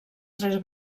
tres